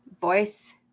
voice